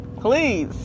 please